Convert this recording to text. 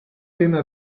viene